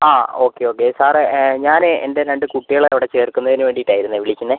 ആ okay okay സാറെ ഞാനേ എൻ്റെ രണ്ട് കുട്ടികളെ അവിടെ ചേർക്കുന്നതിന് വേണ്ടീട്ടായിരുന്നെ വിളിക്കുന്നത്